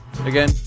Again